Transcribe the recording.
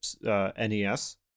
NES